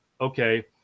okay